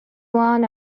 one